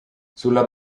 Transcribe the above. sulla